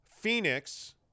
Phoenix